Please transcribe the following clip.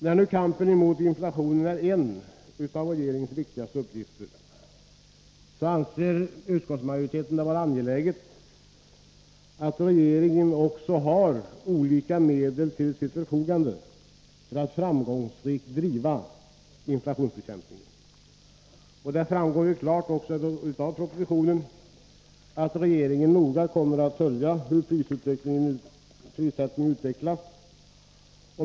Eftersom kampen mot inflationen är en av regeringens viktigaste uppgifter, anser utskottsmajoriteten det vara angeläget att regeringen också har olika medel till sitt förfogande för att framgångsrikt driva denna inflationsbekämpning. Det framgår också klart av propositionen att regeringen noga kommer att följa hur prissättningen utvecklas.